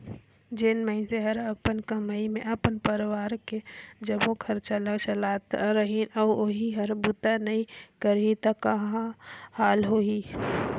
जेन मइनसे हर अपन कमई मे अपन परवार के जम्मो खरचा ल चलावत रही अउ ओही हर बूता नइ करही त का हाल होही